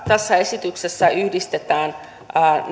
tässä esityksessä yhdistetään